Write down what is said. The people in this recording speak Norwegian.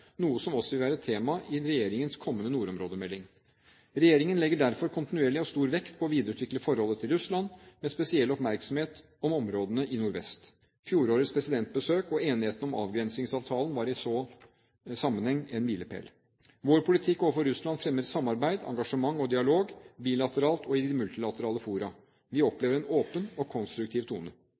noe som også vil være et tema i regjeringens kommende nordområdemelding. Regjeringen legger derfor kontinuerlig og stor vekt på å videreutvikle forholdet til Russland, med spesiell oppmerksomhet om områdene i nordvest. Fjorårets presidentbesøk og enigheten om avgrensingsavtalen var i så måte en milepæl. Vår politikk overfor Russland fremmer samarbeid, engasjement og dialog, bilateralt og i multilaterale fora. Vi opplever en åpen og konstruktiv tone.